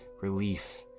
relief